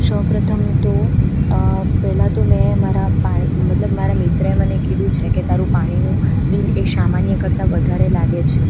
સૌ પ્રથમ તો પહેલાં તો મેં મારા પા મતલબ મારા મિત્રએ મને કીધું છે કે તારું પાણીનું બિલ એ સમાન્ય કરતાં વધારે લાગે છે